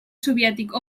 soviètic